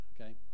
okay